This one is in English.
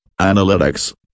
Analytics